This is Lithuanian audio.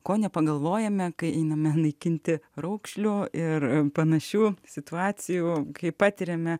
ko nepagalvojame kai imame naikinti raukšlių ir panašių situacijų kai patiriame